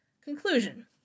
Conclusion